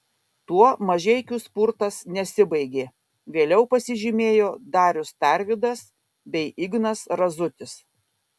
tuo mažeikių spurtas nesibaigė vėliau pasižymėjo darius tarvydas bei ignas razutis